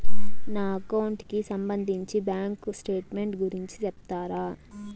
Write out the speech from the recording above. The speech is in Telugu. నా అకౌంట్ కి సంబంధించి బ్యాంకు స్టేట్మెంట్ గురించి సెప్తారా